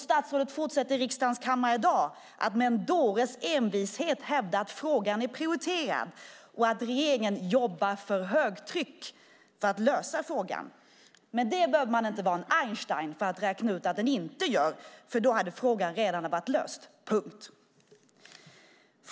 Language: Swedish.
Statsrådet fortsätter i riksdagens kammare i dag att med en dåres envishet hävda att frågan är prioriterad och att regeringen jobbar för högtryck för att lösa frågan. Men man behöver inte vara någon Einstein för att räkna ut att det gör regeringen inte alls, för då hade frågan redan varit löst - punkt.